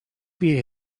beer